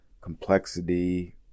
complexity